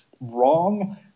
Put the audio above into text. wrong